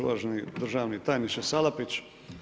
Uvaženi državni tajniče Salapić.